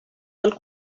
del